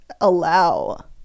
allow